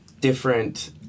different